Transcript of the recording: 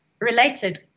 related